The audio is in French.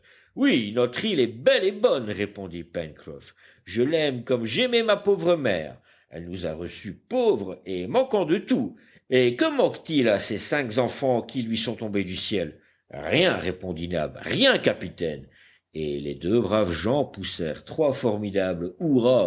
oui notre île est belle et bonne répondit pencroff je l'aime comme j'aimais ma pauvre mère elle nous a reçus pauvres et manquant de tout et que manque-t-il à ces cinq enfants qui lui sont tombés du ciel rien répondit nab rien capitaine et les deux braves gens poussèrent trois formidables hurrahs